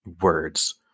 words